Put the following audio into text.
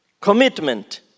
Commitment